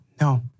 No